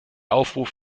aufruf